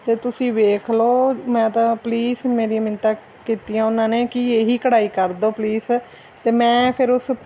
ਅਤੇ ਤੁਸੀਂ ਵੇਖ ਲਓ ਮੈਂ ਤਾਂ ਪਲੀਜ਼ ਮੇਰੀਆਂ ਮਿੰਨਤਾਂ ਕੀਤੀਆਂ ਉਹਨਾਂ ਨੇ ਕਿ ਇਹੀ ਕਢਾਈ ਕਰ ਦਿਉ ਪਲੀਜ਼ ਅਤੇ ਮੈਂ ਫਿਰ ਉਸ